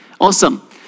Awesome